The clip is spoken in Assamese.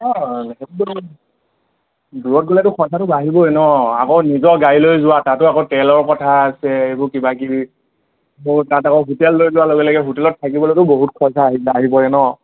অঁ সেই দূৰত গ'লেতো খৰচাটো বাঢ়িবই ন আকৌ নিজৰ গাড়ী লৈ যোৱা তাতো আকৌ তেলৰ কথা আছে এইবোৰ কিবা কিবি তাত আকৌ হোটেল লৈ লোৱাৰ লগে লগে হোটেলত থাকিবলৈতো বহুত খৰচা আহি পৰে ন